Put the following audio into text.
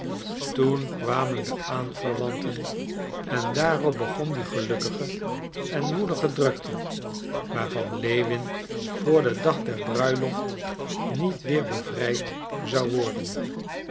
toen kwamen de aanverwanten en daarop begon die gelukkige en woelige drukte waarvan lewin voor den dag der bruiloft niet weer bevrijd zou worden